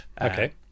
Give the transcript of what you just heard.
okay